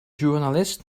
journalist